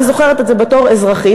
אני זוכרת את זה בתור אזרחית,